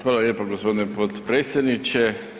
Hvala lijepo gospodine potpredsjedniče.